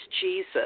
Jesus